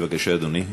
אדוני.